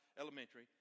Elementary